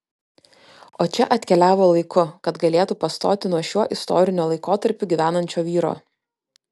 o čia atkeliavo laiku kad galėtų pastoti nuo šiuo istoriniu laikotarpiu gyvenančio vyro